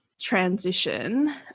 transition